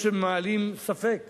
יש שמעלים ספק